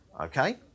Okay